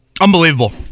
Unbelievable